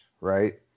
right